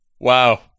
Wow